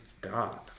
God